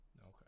Okay